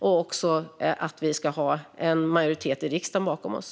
Vi ska också ha en majoritet i riksdagen bakom oss.